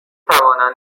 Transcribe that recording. توانند